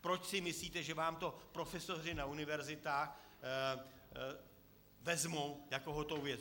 Proč si myslíte, že vám to profesoři na univerzitách vezmou jako hotovou věc?